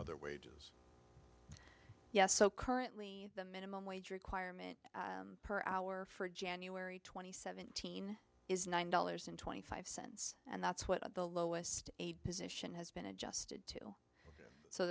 other wages yes so currently the minimum wage requirement per hour for january twenty seventh is nine dollars and twenty five cents and that's what the lowest position has been adjusted to so